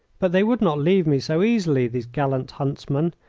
but they would not leave me so easily, these gallant huntsmen.